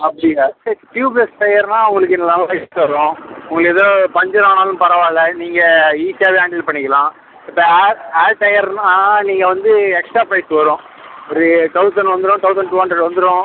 அப்படியா சரி ட்யூப்லெஸ் டயருனா உங்களுக்கு லாங் லைப் வரும் உங்களுக்கு எதுவும் பஞ்சர் ஆனாலும் பரவாயில்லை நீங்கள் ஈஸியாகவே ஹேண்டில் பண்ணிக்கலாம் இப்போ ஆட் டயருனா நீங்கள் வந்து எக்ஸ்ட்டா ப்ரைஸ் வரும் ஒரு தௌசண்ட் வந்துடும் தௌசண்ட் டூ ஹண்ரட் வந்துடும்